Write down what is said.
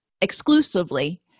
exclusively